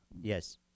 Yes